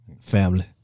Family